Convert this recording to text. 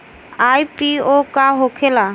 IPO का होखेला?